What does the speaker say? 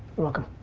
you're welcome.